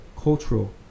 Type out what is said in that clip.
cultural